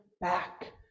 back